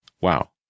Wow